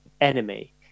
enemy